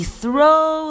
throw